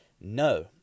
No